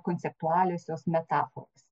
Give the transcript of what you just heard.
konceptualiosios metaforos